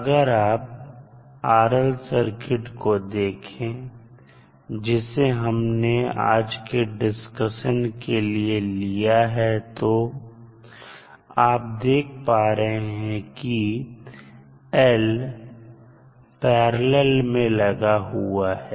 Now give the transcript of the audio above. अगर आप RL circuit को देखें जिसे हमने आज के डिस्कशन के लिए लिया है तो आप देख पा रहे हैं कि L पैरलल में लगा हुआ है